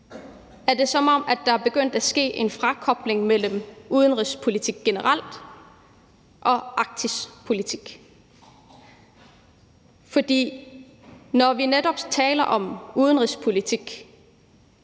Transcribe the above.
er det, som om der er begyndt at ske en frakobling mellem udenrigspolitik generelt og Arktispolitik. For netop når vi taler om udenrigspolitik